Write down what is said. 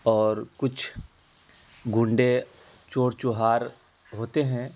ا اور کچھ غنڈے چور چوہار ہوتے ہیں